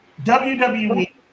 WWE